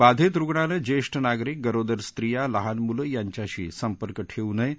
बाधित रूग्णानं ज्येष्ठ नागरिक गरोदर स्त्रिया लहान मुलं यांच्याशी संपर्क ठेऊ नये